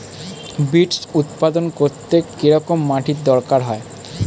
Beets উৎপাদন করতে কেরম মাটির দরকার হয়?